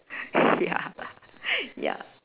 ya ya